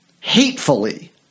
hatefully